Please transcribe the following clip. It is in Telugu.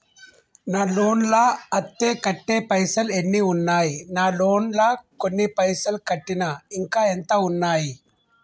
నా లోన్ లా అత్తే కట్టే పైసల్ ఎన్ని ఉన్నాయి నా లోన్ లా కొన్ని పైసల్ కట్టిన ఇంకా ఎంత ఉన్నాయి?